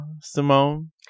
Simone